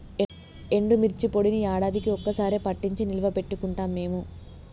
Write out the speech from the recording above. ఎండుమిర్చి పొడిని యాడాదికీ ఒక్క సారె పట్టించి నిల్వ పెట్టుకుంటాం మేము